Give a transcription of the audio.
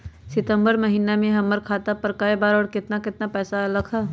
सितम्बर महीना में हमर खाता पर कय बार बार और केतना केतना पैसा अयलक ह?